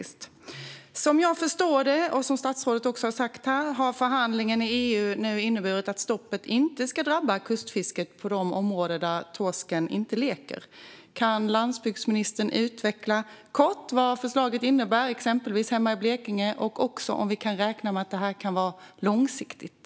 Som jag förstår det, och som statsrådet också har sagt här, har förhandlingen i EU inneburit att stoppet inte ska drabba kustfisket på de områden där torsken inte leker. Kan landsbygdsministern kort utveckla vad förslaget innebär, exempelvis hemma i Blekinge? Och kan vi räkna med att det här kan vara långsiktigt?